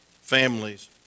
families